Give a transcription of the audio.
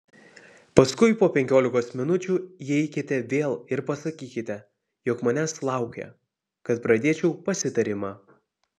paskui po penkiolikos minučių įeikite vėl ir pasakykite jog manęs laukia kad pradėčiau pasitarimą